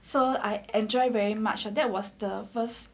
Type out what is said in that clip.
so I enjoy very much that was the first